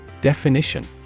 Definition